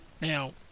Now